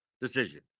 decision